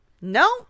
no